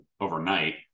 overnight